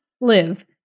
live